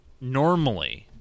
normally—